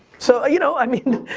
so you know, i mean,